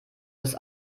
das